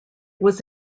was